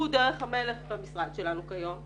הוא דרך המלך במשרד שלנו כיום.